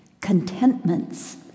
Contentments